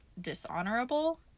dishonorable